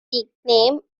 nickname